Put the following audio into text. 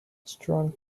strong